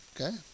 Okay